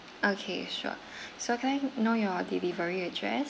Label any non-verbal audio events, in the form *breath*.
okay sure *breath* so can I know your delivery address